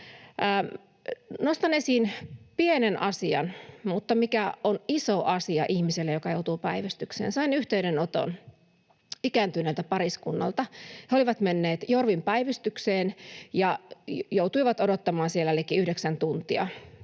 Nostan esiin pienen asian, mutta se on iso asia ihmiselle, joka joutuu päivystykseen. Sain yhteydenoton ikääntyneeltä pariskunnalta. He olivat menneet Jorvin päivystykseen ja joutuivat odottamaan liki yhdeksän tuntia